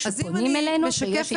כשפונים אלינו כשישי התפרצות.